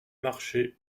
marchaient